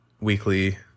weekly